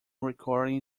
recording